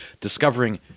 discovering